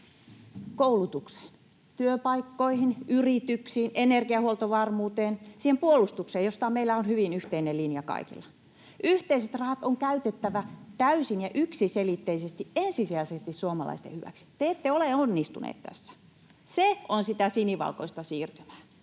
koulutukseen, työpaikkoihin, yrityksiin, energiahuoltovarmuuteen, siihen puolustukseen, josta meillä on hyvin yhteinen linja kaikilla. Yhteiset rahat on käytettävä täysin ja yksiselitteisesti ensisijaisesti suomalaisten hyväksi. Te ette ole onnistuneet tässä. Se on sitä sinivalkoista siirtymää.